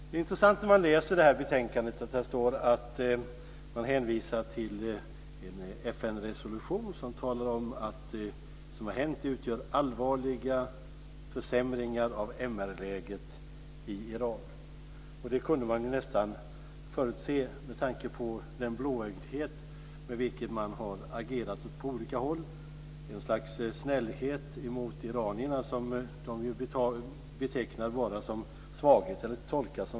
Det är intressant att man i betänkandet hänvisar till en FN-resolution som talar om att det som har hänt utgör allvarliga försämringar av MR-läget i Iran. Det kunde man nästan förutse, med tanke på den blåögdhet med vilken man har agerat på olika håll. Det är ett slags snällhet mot iranierna som de tolkar som svaghet.